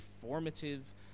formative